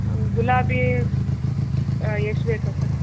ಗುಲಾಬಿ ಎಷ್ಟು ಬೇಕು ಅಕ್ಕ